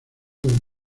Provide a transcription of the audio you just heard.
del